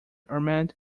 armand